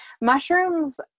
Mushrooms